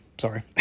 Sorry